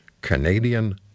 Canadian